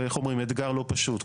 זה אתגר לא פשוט.